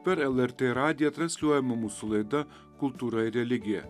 per lrt radiją transliuojama mūsų laida kultūra ir religija